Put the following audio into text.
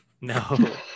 No